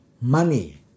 money